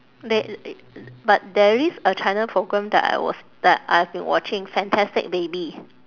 they but there is a china program that I was that I've been watching fantastic baby